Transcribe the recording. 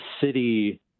city